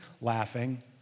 Laughing